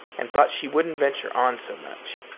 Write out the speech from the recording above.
and thought she wouldn't venture on so much.